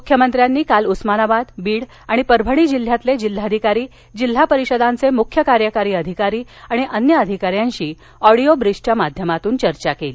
मुख्यमंत्र्यांनी काल उस्मानाबाद बीड आणि परभणी जिल्ह्यातले जिल्हाधिकारी जिल्हा परिषदांचे मुख्य कार्यकारी अधिकारी आणि अन्य अधिकाऱ्यांशी ऑडीओ ब्रिजच्या माध्यमातून चर्चा केली